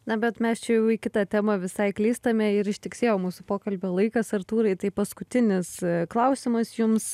na bet mes čia jau į kitą temą visai klystame ir ištiksėjo mūsų pokalbio laikas artūrai tai paskutinis klausimas jums